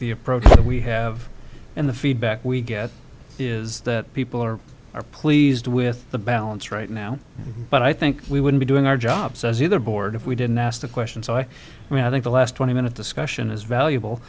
the approach that we have and the feedback we get is that people are are pleased with the balance right now but i think we would be doing our jobs as either bored if we didn't ask the question so i mean i think the last twenty minute discussion is valuable